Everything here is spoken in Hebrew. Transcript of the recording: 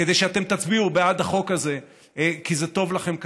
כדי שתצביעו בעד החוק הזה כי זה טוב לכם כספית.